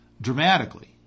dramatically